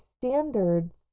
standards